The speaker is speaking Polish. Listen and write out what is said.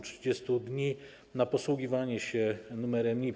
30 dni na posługiwanie się numerem NIP.